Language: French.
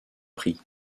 prie